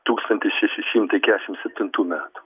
tūkstantis šeši šimtai kešimt septintų metų